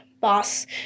boss